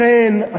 לכן,